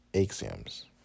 axioms